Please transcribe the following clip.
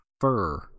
Fur